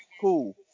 Cool